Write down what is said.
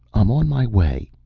i'm on my way.